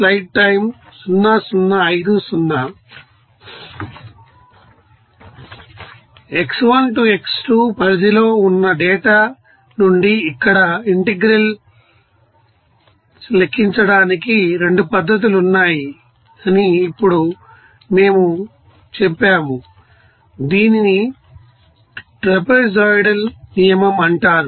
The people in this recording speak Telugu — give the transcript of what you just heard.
x1 to x2 పరిధిలో ఉన్న డేటా నుండి ఇక్కడ ఇంటెగ్రల్స్క్కించడానికి 2 పద్ధతులు ఉన్నాయని ఇప్పుడు మేము చెప్పాము దీనిని ట్రాపెజోయిడల్ నియమం అంటారు